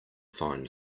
find